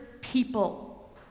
people